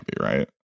right